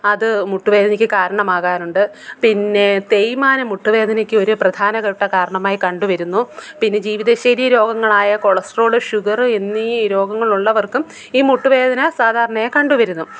അത് മുട്ടുവേദനയ്ക്ക് കാരണമാകാറുണ്ട് പിന്നെ തേയ്മാനം മുട്ടുവേദനയ്ക്ക് ഒരു പ്രധാനപ്പെട്ട കാരണമായി കണ്ടുവരുന്നു പിന്നെ ജീവിതശൈരി രോഗങ്ങളായ കൊളസ്ട്രോള് ഷുഗറ് എന്നീ രോഗങ്ങളുള്ളവര്ക്കും ഈ മുട്ടുവേദന സാധാരണയായി കണ്ടുവരുന്നു